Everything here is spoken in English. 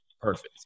perfect